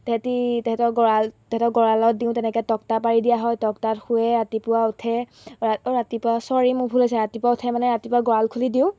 তাহাঁতে তাহাঁতক গঁৰাল তাহাঁতক গঁৰালত দিওঁ তেনেকৈ টকতা পাৰি দিয়া হয় টকতাত শুৱে ৰাতিপুৱা উঠে অঁ ৰাতিপুৱা চৰি মোৰ ভুল হৈছে ৰাতিপুৱা উঠে মানে ৰাতিপুৱা গঁৰাল খুলি দিওঁ